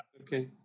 Okay